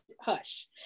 Hush